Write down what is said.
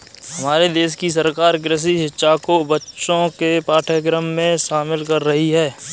हमारे देश की सरकार कृषि शिक्षा को बच्चों के पाठ्यक्रम में शामिल कर रही है